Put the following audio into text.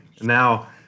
Now